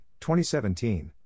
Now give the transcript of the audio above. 2017